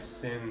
sin